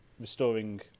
restoring